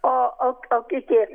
o o kiti